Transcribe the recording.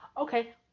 Okay